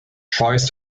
choice